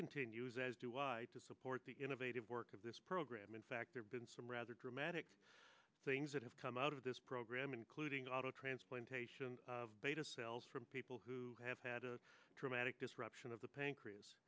continues as do i to support the innovative work of this program in fact there's been some rather dramatic things that have come out of this program including auto transplantation of beta cells from people who have had a dramatic disruption of the pancreas